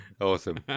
Awesome